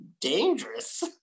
dangerous